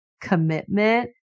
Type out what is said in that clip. commitment